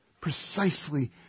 precisely